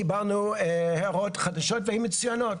קיבלנו הערות חדשות והן היו מצוינת.